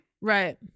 Right